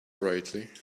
brightly